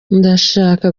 ndashaka